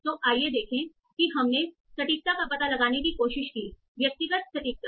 तो आइए देखें कि हमने सटीकता का पता लगाने की कोशिश की व्यक्तिगत सटीकता